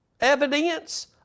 evidence